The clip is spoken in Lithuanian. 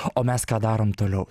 o mes ką darom toliau